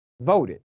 voted